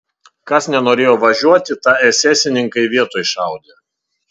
kas nenorėjo važiuoti tą esesininkai vietoj šaudė